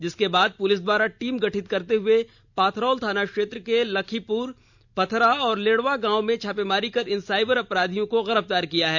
जिसके बाद पुलिस द्वारा टीम गठित करते हुए पाथरौल थाना क्षेत्र के लख्खीपुर पथरा और लेड़वा गांव में छापेमारी कर इन साइबर अपराधियों को गिरफ्तार किया है